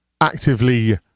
actively